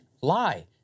lie